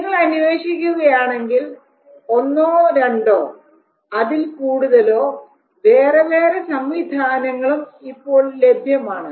നിങ്ങൾ അന്വേഷിക്കുകയാണെങ്കിൽ ഒന്നോ രണ്ടോ അതിൽ കൂടുതലോ വേറെ വേറെ സംവിധാനങ്ങളും ഇപ്പോൾ ലഭ്യമാണ്